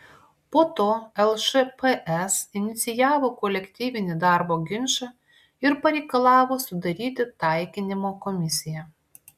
po to lšps inicijavo kolektyvinį darbo ginčą ir pareikalavo sudaryti taikinimo komisiją